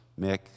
Mick